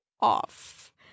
off